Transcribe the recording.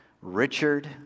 Richard